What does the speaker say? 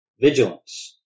vigilance